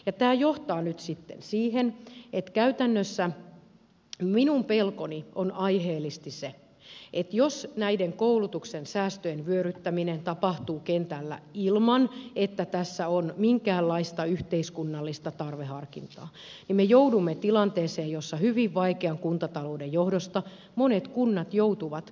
tämä johtaa nyt sitten siihen ja käytännössä minun pelkoni on aiheellisesti se että jos näiden koulutuksen säästöjen vyöryttäminen tapahtuu kentällä ilman että tässä on minkäänlaista yhteiskunnallista tarveharkintaa niin me joudumme tilanteeseen jossa hyvin vaikean kuntatalouden johdosta monet kunnat joutuvat sulkemaan lukionsa